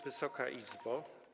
Wysoka Izbo!